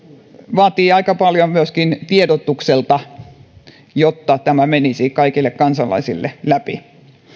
vaatii aika paljon myöskin tiedotukselta jotta tämä menisi kaikille kansalaisille läpi